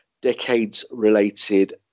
decades-related